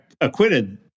acquitted